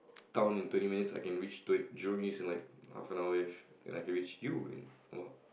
town in twenty minutes I can reach twen~ Jurong-East in half an hour ~ish I can reach you in about